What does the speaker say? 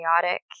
chaotic